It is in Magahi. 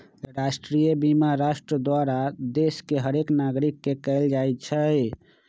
राष्ट्रीय बीमा राष्ट्र द्वारा देश के हरेक नागरिक के कएल जाइ छइ